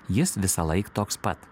jis visąlaik toks pat